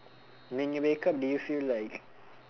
when you wake up did you feel like